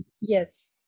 yes